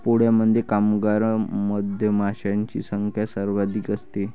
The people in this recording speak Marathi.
पोळ्यामध्ये कामगार मधमाशांची संख्या सर्वाधिक असते